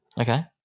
Okay